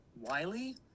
Wiley